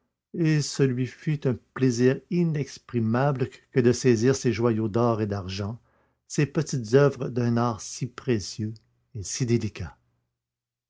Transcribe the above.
et ce lui fut un plaisir inexprimable que de saisir ces joyaux d'or et d'argent ces petites oeuvres d'un art si précieux et si délicat